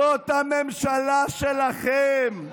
זאת הממשלה שלכם.